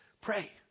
Pray